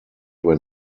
when